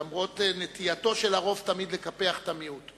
למרות נטייתו של הרוב תמיד לקפח את המיעוט.